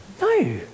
No